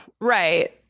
Right